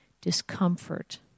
discomfort